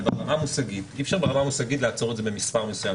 אבל אי-אפשר ברמה המושגית לעצור את זה במספר מסוים.